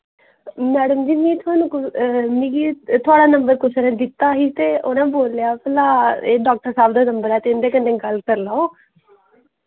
madam ji मि थुहानू मिगी थुआढ़ा नंबर कुसे नै दित्ता ही ते उ'नै बोलेआ भला एह् डाक्टर साहब दा नंबर ऐ ते इं'दे कन्नै गल्ल करी लैओ